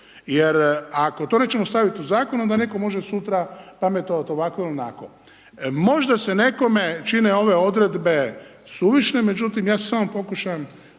Jer ako to nećemo staviti u zakon onda netko može sutra pametovati ovako ili onako. Možda se nekome čine ove odredbe suvišne, međutim ja se samo pokušam